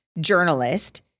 journalist